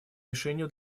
мишенью